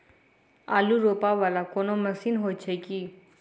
आलु रोपा वला कोनो मशीन हो छैय की?